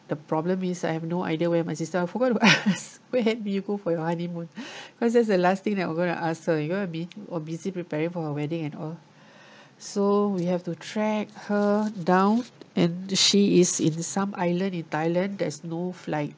the problem is I have no idea where my sister I forgot to ask where do you go for your honeymoon cause that's the last thing that we are going to ask her you know what I mean we were busy preparing for her wedding and all so we have to track her down and she is in some island in thailand there's no flight